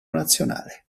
nazionale